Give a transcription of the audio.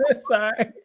sorry